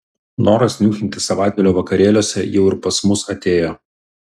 noras niūchinti savaitgalio vakarėliuose jau ir pas mus atėjo